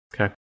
Okay